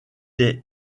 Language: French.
est